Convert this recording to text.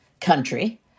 country